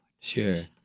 sure